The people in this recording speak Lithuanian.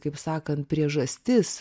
kaip sakant priežastis